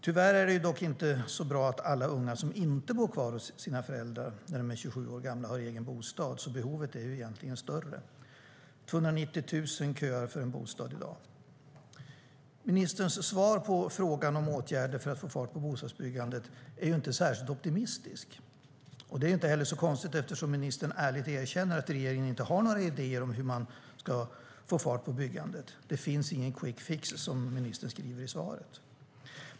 Tyvärr är det inte så att alla ungdomar som inte bor kvar hos sina föräldrar har en egen bostad, så behovet är ju egentligen större. I dag köar 290 000 för en bostad. Ministerns svar på frågan om åtgärder för att få fart på bostadsbyggandet är ju inte särskilt optimistiskt. Det är inte heller så konstigt eftersom ministern ärligt erkänner att regeringen inte har några idéer om hur man ska få fart på byggandet. Det finns ingen quick fix, som ministern skriver i svaret.